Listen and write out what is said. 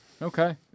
Okay